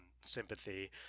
sympathy